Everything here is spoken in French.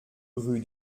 rue